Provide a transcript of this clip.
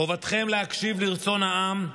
חובתכם להקשיב לרצון העם.